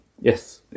Yes